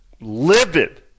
livid